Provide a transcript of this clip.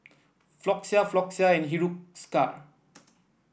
Floxia Floxia and Hiruscar